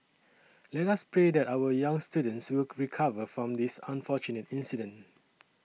let us pray that our young students will recover from this unfortunate incident